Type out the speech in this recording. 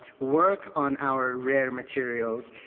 work on our rare materials,